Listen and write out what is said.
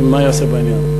2. מה ייעשה בעניין?